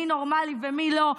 מי נורמלי ומי לא,